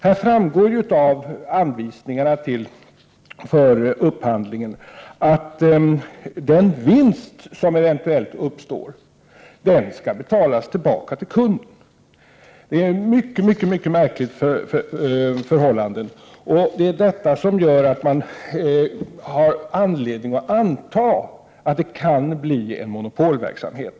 Det framgår av anvisningarna för upphandlingen att den vinst som eventuellt uppstår skall betalas tillbaka till kunden. Det är ett mycket märkligt förhållande. Det är detta som gör att det finns anledning att anta att det kan bli en monopolverksamhet.